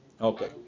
Okay